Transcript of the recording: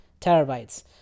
terabytes